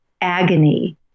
agony